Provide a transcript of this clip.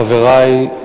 חברי,